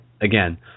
again